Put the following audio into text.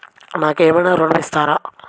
నాకు ఏమైనా ఋణం ఇస్తారా?